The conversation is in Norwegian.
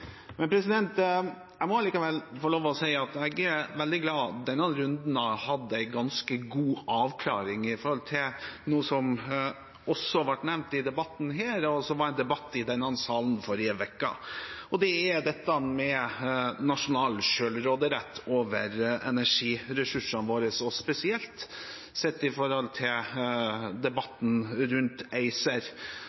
Jeg må likevel få lov å si at jeg er veldig glad for at denne runden har hatt en ganske god avklaring når det gjelder noe som har vært nevnt i denne debatten, og som var en debatt i denne salen i forrige uke, og det er dette med nasjonal selvråderett over energiressursene våre, spesielt sett i forhold til